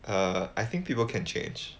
uh I think people can change